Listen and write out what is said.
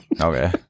Okay